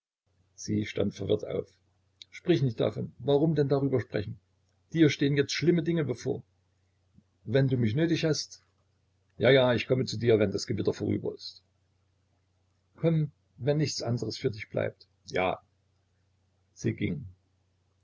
sie stand verwirrt auf sprich nicht davon warum denn darüber sprechen dir stehen jetzt schlimme dinge bevor wenn du mich nötig hast ja ja ich komme zu dir wenn das gewitter vorüber ist komm wenn nichts anderes für dich bleibt ja sie ging